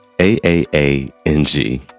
A-A-A-N-G